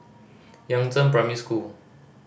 Yangzheng Primary School